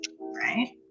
right